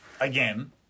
again